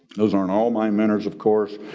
those aren't all my manners, of course,